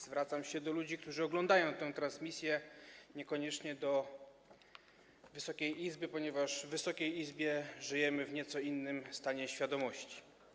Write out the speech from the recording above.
Zwracam się również do ludzi, którzy oglądają tę transmisję, niekoniecznie do Wysokiej Izby, ponieważ w Wysokiej Izbie żyjemy w nieco innym stanie świadomości.